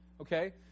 okay